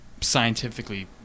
scientifically